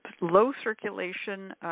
low-circulation